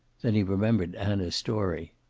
then he remembered anna's story.